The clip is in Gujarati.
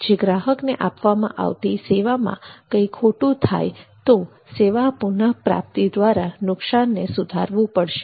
જો ગ્રાહકને આપવામાં આવતી સેવામાં કંઈ ખોટું થાય તો સેવા પુનઃપ્રાપ્તિ દ્વારા નુકસાનને સુધારવું પડશે